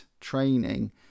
training